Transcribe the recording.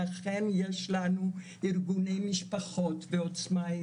לכן יש לנו ארגוני משפחות ועוצמה היא